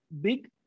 big